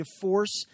force